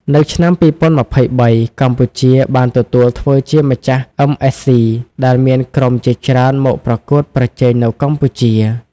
នៅឆ្នាំ២០២៣ កម្ពុជាបានទទួលធ្វើជាម្ចាស់អឹមអេសស៊ី ដែលមានក្រុមជាច្រើនមកប្រកួតប្រជែងនៅកម្ពុជា។